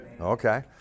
Okay